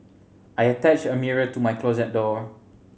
I attached a mirror to my closet door